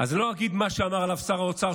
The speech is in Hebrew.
אז לא אגיד מה שאמר עליו שר האוצר,